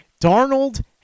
Darnold